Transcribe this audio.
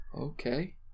Okay